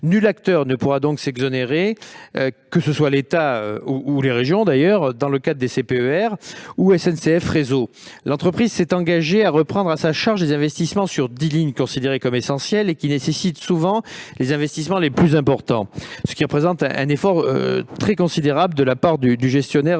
Nul acteur ne pourra donc s'exonérer, qu'il s'agisse de l'État, des régions, dans le cadre des CPER, ou encore de SNCF Réseau. L'entreprise s'est d'ailleurs engagée à reprendre à sa charge les investissements sur dix lignes considérées comme essentielles, lignes qui nécessitent souvent les investissements les plus importants, ce qui représente un effort très considérable de la part du gestionnaire